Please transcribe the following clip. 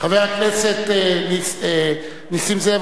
חבר הכנסת נסים זאב,